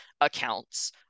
accounts